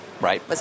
Right